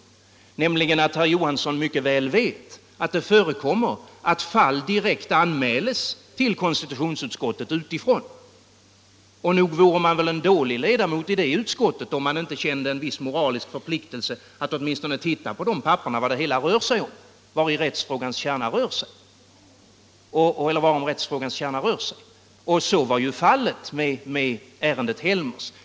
Han vet mycket väl att det förekommer att fall anmäls direkt till konstitutionsutskottet utifrån. Nog vore man väl dålig ledamot i det utskottet, om man inte kände en viss moralisk förpliktelse att åtminstone titta på vad det hela rör sig om och vad som är rättsfallets kärna. Så var fallet med ärendet Helmers.